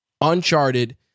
Uncharted